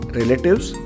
relatives